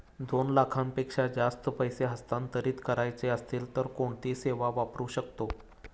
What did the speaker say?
दोन लाखांपेक्षा जास्त पैसे हस्तांतरित करायचे असतील तर कोणती सेवा वापरू शकतो?